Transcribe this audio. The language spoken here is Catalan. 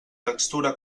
textura